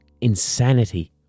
insanity